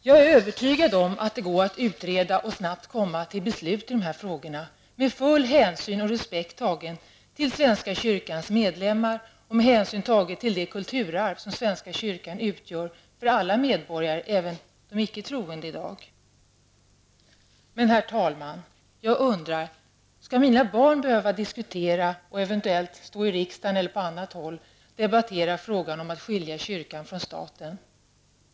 Jag är övertygad om att det går att utreda och snabbt komma till beslut i de här frågorna, med full hänsyn och respekt tagen till svenska kyrkans medlemmar och med hänsyn tagen till det kulturarv som svenska kyrkan utgör för alla medborgare i dag, även för de icke troende. Herr talman! Jag undrar om mina barn skall behöva diskutera och eventuellt stå i riksdagen eller på annat håll och debattera frågan om att skilja kyrkan från staten.